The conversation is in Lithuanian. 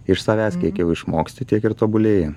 iš savęs kiek jau išmoksti tiek ir tobulėji